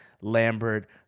lambert